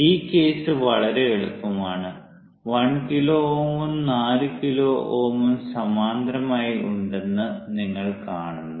ഈ കേസ് വളരെ എളുപ്പമാണ് 1 കിലോ Ω ഉം 4 കിലോ Ω ഉം സമാന്തരമായി ഉണ്ടെന്ന് നിങ്ങൾ കാണുന്നു